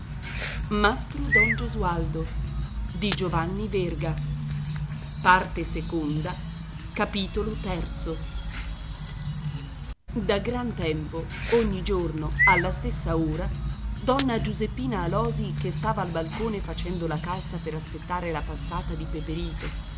per correre subito da gran tempo ogni giorno alla stessa ora donna giuseppina alòsi che stava al balcone facendo la calza per aspettare la passata di peperito